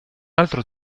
altro